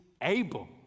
able